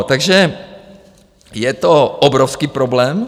Takže je to obrovský problém.